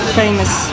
famous